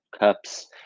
Cups